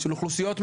של אוכלוסיות,